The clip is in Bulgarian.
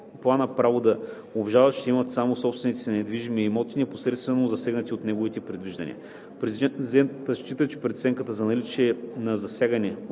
план, а право да обжалват ще имат само собствениците на недвижими имоти, непосредствено засегнати от неговите предвиждания. Президентът счита, че преценката за наличие на засягане